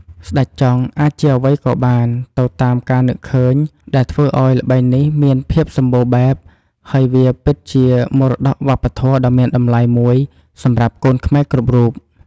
ស្តេចចង់ អាចជា អ្វីក៏បាន ទៅតាម ការនឹកឃើញ ដែលធ្វើឲ្យ ល្បែងនេះមានភាពសម្បូរបែប ហើយវាពិតជា មរតកវប្បធម៌ដ៏មានតម្លៃមួយ សម្រាប់កូនខ្មែរគ្រប់រូប។